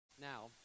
Now